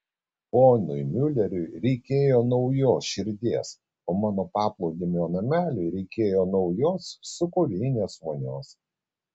ponui miuleriui reikėjo naujos širdies o mano paplūdimio nameliui reikėjo naujos sūkurinės vonios